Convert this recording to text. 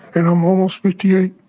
and i'm almost fifty eight.